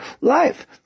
life